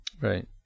Right